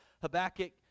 Habakkuk